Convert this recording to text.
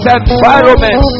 environment